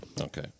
Okay